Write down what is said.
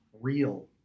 real